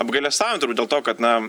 apgailestaujam turbūt dėl to kad na